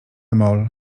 mol